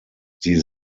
sie